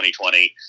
2020